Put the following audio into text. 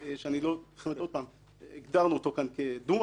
הגדרנו אותו כאן כדו-מהותי,